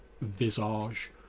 visage